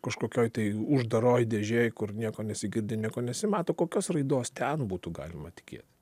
kažkokioj tai uždaroj dėžėj kur nieko nesigirdi nieko nesimato kokios raidos ten būtų galima tikėt